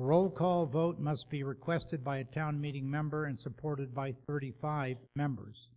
roll call vote must be requested by a town meeting member and supported by thirty five members